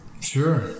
Sure